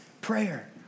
prayer